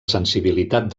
sensibilitat